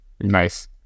nice